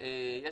יש